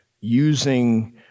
using